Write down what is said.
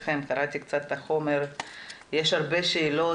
קראתי קצת את החומר ויש הרבה שאלות,